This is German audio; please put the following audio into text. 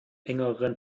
engeren